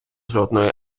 жодної